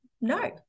no